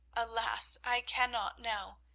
alas, i cannot now.